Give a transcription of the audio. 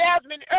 Jasmine